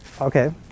Okay